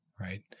right